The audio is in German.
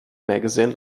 magazine